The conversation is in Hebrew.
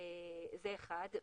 הדבר השני.